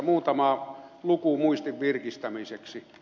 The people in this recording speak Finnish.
muutama luku muistin virkistämiseksi